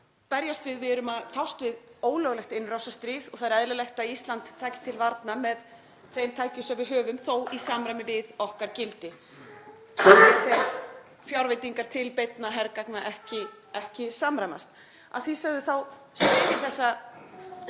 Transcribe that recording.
berjast við, við erum að fást við ólöglegt innrásarstríð og það er eðlilegt að Ísland taki til varna með þeim tækjum sem við höfum, þó í samræmi við okkar gildi sem ég tel fjárveitingar til beinna hergagna ekki samræmast. Að því sögðu þá styð ég þessa